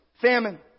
Famine